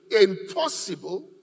impossible